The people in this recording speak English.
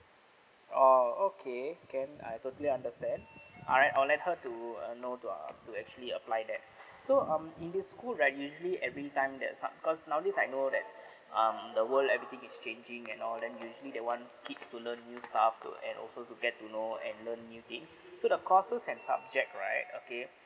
oh okay can I totally understand alright I'll let her to uh know to uh to actually apply that so um in this school right usually every time that's not cause nowadays I know that um the world everything is changing and all then usually they want kids to learn new stuff up to and also to get to know and learn new thing so the courses and subject right okay